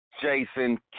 Jason